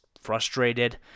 frustrated